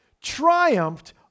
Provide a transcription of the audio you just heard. triumphed